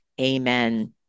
Amen